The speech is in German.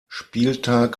spieltag